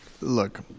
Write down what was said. look